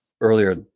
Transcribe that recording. earlier